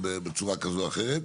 ובצורה כזו או אחרת,